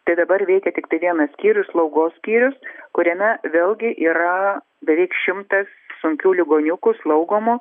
tai dabar veikia tiktai vienas skyrius slaugos skyrius kuriame vėlgi yra beveik šimtas sunkių ligoniukų slaugomų